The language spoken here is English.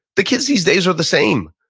the kids these days are the same.